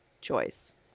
choice